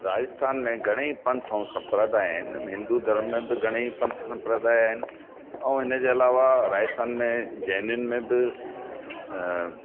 राजस्थान में घणेई पंथ ऐं संप्रदाय आहिनि हिंदू धर्म में बि घणेई संप्रदाय आहिनि ऐं हिन जे अलावा राजस्थान में जैनयुनि में बि